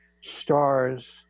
stars